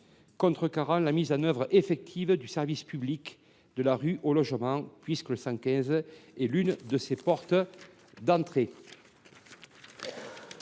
contrecarre la mise en œuvre effective du service public de la rue au logement, dont le 115 est l’une des portes d’entrée.